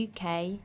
uk